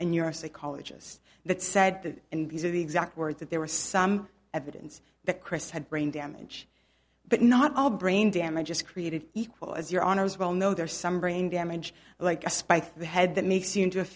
and your psychologist that said that in these are the exact words that there was some evidence that chris had brain damage but not all brain damage is created equal as your honour's well know there's some brain damage like a spike the head that makes you